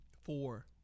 Four